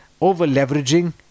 over-leveraging